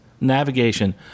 navigation